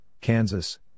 Kansas